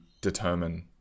determine